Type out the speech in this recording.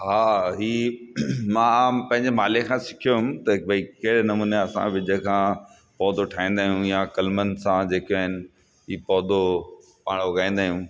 हा ई मां पंहिंजे माले खां सिखियो हुउमि त भई कहिड़े नमूने असां ॿिज खां पौधो ठाहींदा आहियूं या कलमनि सां जेके आहिनि हीउ पौधो पाण उॻाईंदा आहियूं